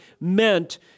meant